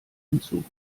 hinzu